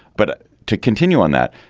but to continue on that.